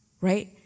right